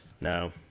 No